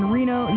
Reno